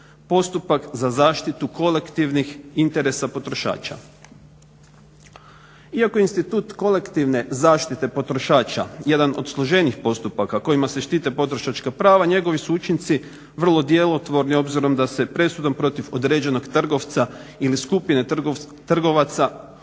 postupak za zaštitu kolektivnih interesa potrošača. Iako institut kolektivne zaštite potrošača, jedan od složenijih postupaka kojima se štite potrošačka prava, njegovi su učinci vrlo djelotvorni obzirom da se presudom protiv određenog trgovca ili skupine trgovaca u